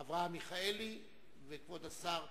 אברהם מיכאלי וכבוד השר ישיב.